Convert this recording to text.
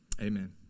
Amen